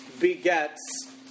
begets